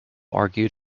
argued